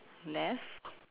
left